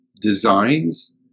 designs